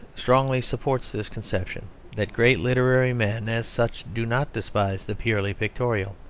strongly supports this conception that great literary men as such do not despise the purely pictorial.